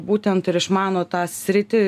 būtent ir išmano tą sritį